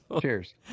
Cheers